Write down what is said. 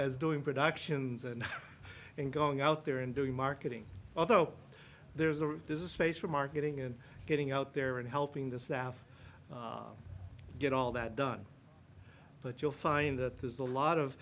as doing productions and then going out there and doing marketing although there's a there's a space for marketing and getting out there and helping the staff get all that done but you'll find that there's a lot of